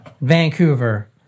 Vancouver